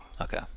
Okay